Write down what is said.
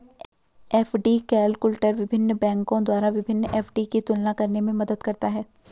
FD calculator विभिन्न बैंकों द्वारा विभिन्न एफ.डी की तुलना करने में मदद करता है